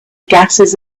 gases